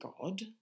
God